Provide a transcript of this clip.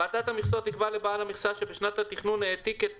לאחר קביעת מכסה לפי פסקאות (1) ו- (2) תערוך ועדת המכסות הגרלה בין